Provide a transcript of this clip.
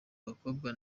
abakobwa